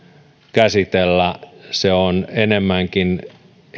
käsitellä se on enemmänkin